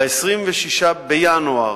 ב-26 בינואר,